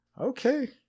okay